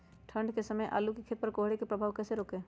ठंढ के समय आलू के खेत पर कोहरे के प्रभाव को कैसे रोके?